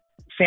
Sam